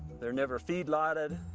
they're never feedloted,